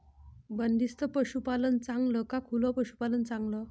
बंदिस्त पशूपालन चांगलं का खुलं पशूपालन चांगलं?